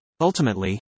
Ultimately